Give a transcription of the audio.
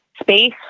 space